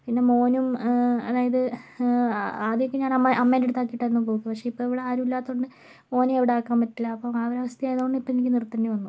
പിന്നെ മോനും അതായത് ആദ്യമൊക്കെ ഞാനമ്മേൻറടുത്താക്കിയിട്ടായിരുന്നു പോക്ക് പക്ഷേ ഇപ്പം ഇവിടെയാരും ഇല്ലാത്തതു കൊണ്ടു മോനെ എവിടെയും ആക്കാൻ പറ്റില്ല അപ്പോൾ ആ ഒരവസ്ഥ ആയതുകൊണ്ട് ഇപ്പം എനിക്ക് നിർത്തേണ്ടി വന്നു